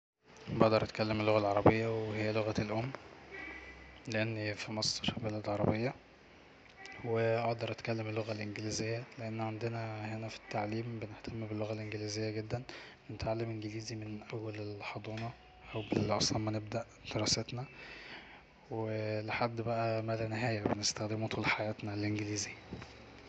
بقدر اتكلم اللغه العربيه وهي لغتي الام لأني في مصر بلد عربية واقدر اتكلم اللغة الإنجليزية لان عندنا هنا في التعليم بنهتم باللغي الانجليزيه جدا بنتعلم انجليزي من اول الحضانة من اول اصلا ما نبدا دراستنا وبحد بقا ما لا نهاية بنستخدمه طول حياتنا الانجليزي